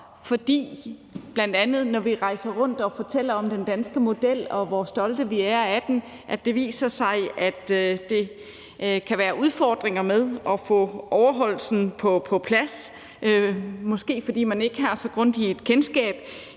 når vi bl.a. rejser rundt og fortæller om den danske model, og hvor stolte vi er af den, at der kan være udfordringer med at få overholdelsen på plads, måske fordi man ikke har så grundigt et kendskab,